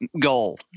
goal